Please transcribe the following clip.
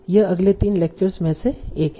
यह अगले 3 लेक्चर्स में से एक है